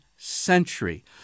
century